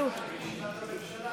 בישיבת הממשלה.